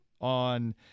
on